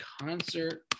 concert